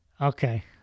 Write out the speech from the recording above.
okay